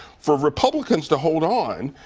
for republicans to hold on,